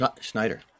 Schneider